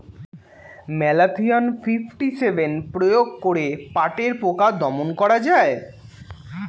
Malathion fifty seven প্রয়োগ করে পাটের পোকা দমন করা যায়?